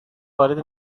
وارد